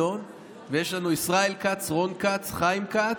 ויש לנו ישראל כץ, רון כץ, חיים כץ,